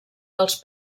dels